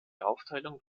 aufteilung